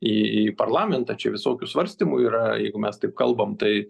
į į parlamentą čia visokių svarstymų yra jeigu mes taip kalbam tai